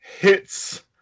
hits